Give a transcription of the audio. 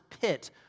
pit